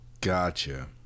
Gotcha